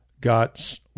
got